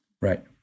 Right